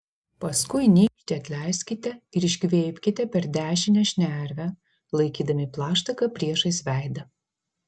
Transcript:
paskui nykštį atleiskite ir iškvėpkite per dešinę šnervę laikydami plaštaką priešais veidą